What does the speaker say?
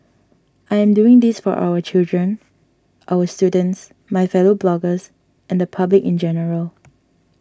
I am doing this for our children our students my fellow bloggers and the public in general